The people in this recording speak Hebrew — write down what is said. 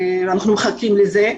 אנחנו מחכים לזה.